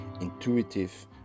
intuitive